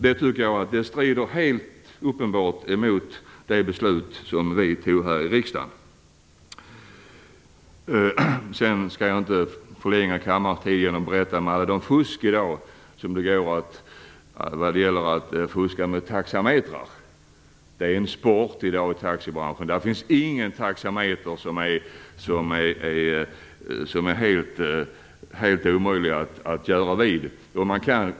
Det strider helt uppenbart mot det beslut som vi har fattat här i riksdagen. Jag skall inte förlänga kammarens debattid genom att berätta om allt det fusk som går att göra med taxametrar. Det är i dag en sport i taxibranschen. Det finns ingen taxameter som det är helt omöjligt att fuska med.